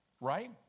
right